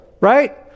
right